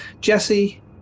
Jesse